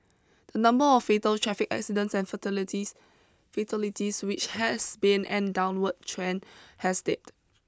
the number of fatal traffic accidents and fatalities fatalities which has been an downward trend has dipped